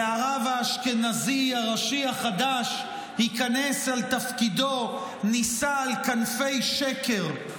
והרב האשכנזי הראשי החדש ייכנס לתפקידו נישא על כנפי שקר.